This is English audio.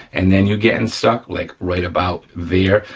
and then you're getting stuck, like right about there,